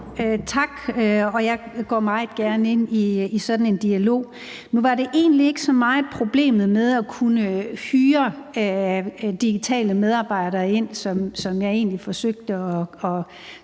Tak. Jeg går meget gerne ind i sådan en dialog. Nu var det egentlig ikke så meget problemet med at kunne hyre digitale medarbejdere ind, som jeg forsøgte at